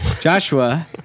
Joshua